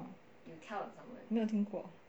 没用听过